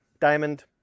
diamond